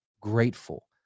grateful